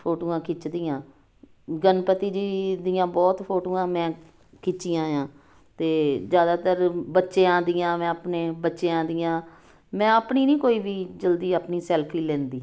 ਫੋਟੋਆਂ ਖਿੱਚਦੀ ਹਾਂ ਗਣਪਤੀ ਜੀ ਦੀਆਂ ਬਹੁਤ ਫੋਟੋਆਂ ਮੈਂ ਖਿੱਚੀਆਂ ਹਾਂ ਅਤੇ ਜ਼ਿਆਦਾਤਰ ਬੱਚਿਆਂ ਦੀਆਂ ਮੈਂ ਆਪਣੇ ਬੱਚਿਆਂ ਦੀਆਂ ਮੈਂ ਆਪਣੀ ਨਹੀਂ ਕੋਈ ਵੀ ਜਲਦੀ ਆਪਣੀ ਸੈਲਫੀ ਲੈਂਦੀ